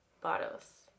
bottles